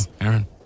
Aaron